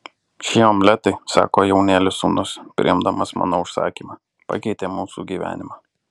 šie omletai sako jaunėlis sūnus priimdamas mano užsakymą pakeitė mūsų gyvenimą